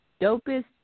dopest